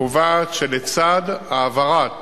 קובעת שלצד העברת